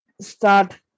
start